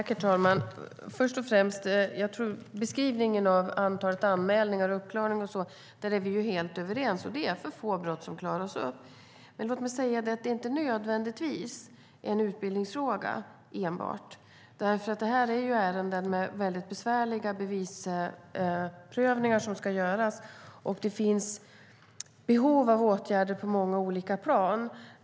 Herr talman! Först och främst: Vi är helt överens om beskrivningen av antalet anmälningar och uppklarningar. Det är för få brott som klaras upp. Men låt mig säga att detta inte nödvändigtvis enbart är en utbildningsfråga. Det här är ärenden med besvärliga bevisprövningar som ska göras. Det finns behov av åtgärder på många olika plan.